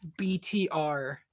BTR